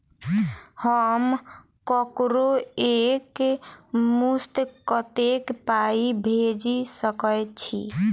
हम ककरो एक मुस्त कत्तेक पाई भेजि सकय छी?